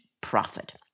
profit